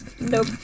Nope